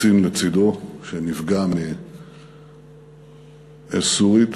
קצין שנפגע מאש סורית,